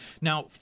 now